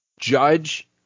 judge –